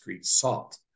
salt